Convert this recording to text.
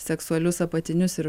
seksualius apatinius ir